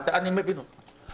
אני מבין אותך.